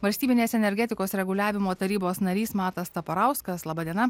valstybinės energetikos reguliavimo tarybos narys matas taparauskas laba diena